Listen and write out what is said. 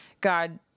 God